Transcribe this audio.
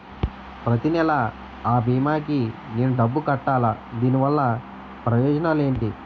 ప్రతినెల అ భీమా కి నేను డబ్బు కట్టాలా? దీనివల్ల ప్రయోజనాలు ఎంటి?